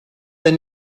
der